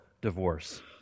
Divorce